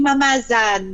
עם המאזן,